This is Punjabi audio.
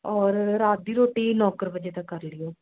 ਔਰ ਰਾਤ ਦੀ ਰੋਟੀ ਨੌਂ ਕੁ ਵਜੇ ਤੱਕ ਕਰ ਲਿਓ